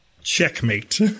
Checkmate